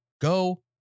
go